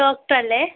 ഡോക്ടറല്ലേ